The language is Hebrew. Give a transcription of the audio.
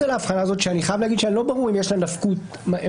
על ההבחנה הזאת שאני חייב לומר שלא ברור אם יש לה נפקות ממשית.